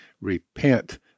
repent